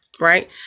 right